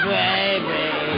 baby